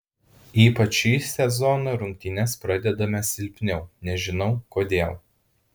ypač šį sezoną rungtynes pradedame silpniau nežinau kodėl